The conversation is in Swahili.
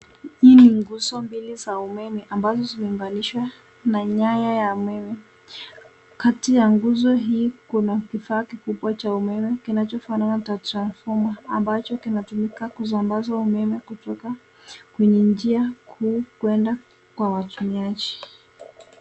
Hii ni nguzo mbili za umeme, ambazo zimeunganishwa na nyaya ya umeme. Kati ya nguzo hii kuna kifaa kikubwa cha umeme kinachofanana na transfoma, ambacho kinatumika kusambaza umeme kutoka kwenye njia kuu kwenda kwa watumiaji.